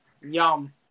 Yum